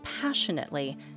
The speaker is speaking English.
passionately